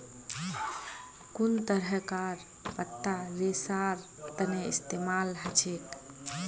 कुन तरहकार पत्ता रेशार तने इस्तेमाल हछेक